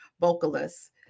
vocalists